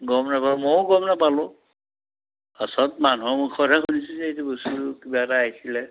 গম নাপাওঁ ময়ো গম নাপালোঁ পাছত মানুহৰ মুখতহে শুনিছোঁ যে এইটো বস্তুটো কিবা এটা আহিছিলে